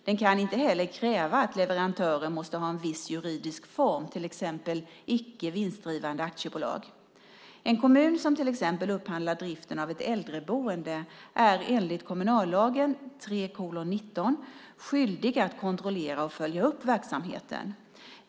Den kan inte heller kräva att leverantören måste ha en viss juridisk form, till exempel icke vinstdrivande aktiebolag. En kommun, som till exempel upphandlar driften av ett äldreboende, är enligt kommunallagen 3:19 skyldig att kontrollera och följa upp verksamheten.